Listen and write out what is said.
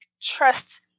trust